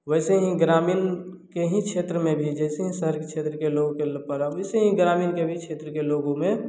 वैसे ही ग्रामीण के ही क्षेत्र में भी जैसे ही शहर के क्षेत्र लोग के पड़ा वैसे ही ग्रामीण के भी क्षेत्र के लोगों में